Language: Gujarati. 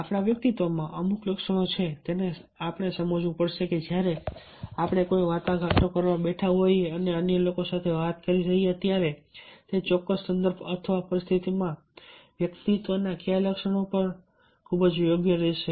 આપણા વ્યક્તિત્વમાં અમુક લક્ષણો છે તેને આપણે સમજવું પડશે કે જ્યારે આપણે કોઈ વાટાઘાટો કરવા બેઠા હોઈએ અને અન્ય લોકો સાથે વાત કરી રહ્યા હોઈએ ત્યારે તે ચોક્કસ સંદર્ભ અથવા પરિસ્થિતિમાં વ્યક્તિત્વના કયા લક્ષણો ખૂબ જ યોગ્ય રહેશે